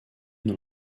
non